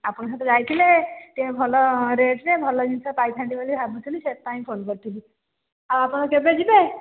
ଆପଣଙ୍କ ସହିତ ଯାଇଥିଲେ ଟିକେ ଭଲ ରେଟ୍ରେ ଭଲ ଜିନିଷ ପାଇଥାନ୍ତି ବୋଲି ଭାବୁଥିଲି ସେଥିପାଇଁ ଫୋନ୍ କରିଥିଲି ଆଉ ଆପଣ କେବେ ଯିବେ